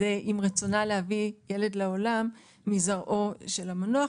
רצונה להביא ילד לעולם מזרעו של המנוח,